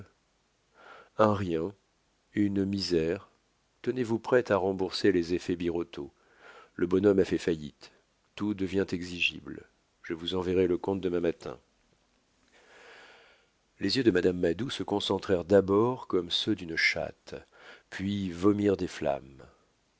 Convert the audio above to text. un rien une misère tenez-vous prête à rembourser les effets birotteau le bonhomme a fait faillite tout devient exigible je vous enverrai le compte demain matin les yeux de madame madou se concentrèrent d'abord comme ceux d'une chatte puis vomirent des flammes